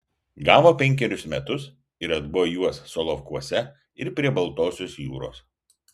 gavo penkerius metus ir atbuvo juos solovkuose ir prie baltosios jūros